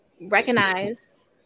Recognize